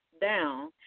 down